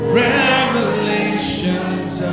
revelations